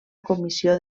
comissió